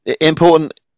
important